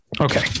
okay